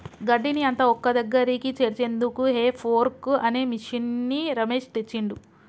గడ్డిని అంత ఒక్కదగ్గరికి చేర్చేందుకు హే ఫోర్క్ అనే మిషిన్ని రమేష్ తెచ్చిండు